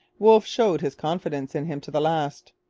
wolfe showed his confidence in him to the last.